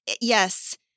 yes